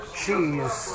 cheese